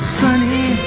sunny